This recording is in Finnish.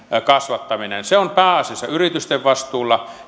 kasvattaminen se on pääasiassa yritysten vastuulla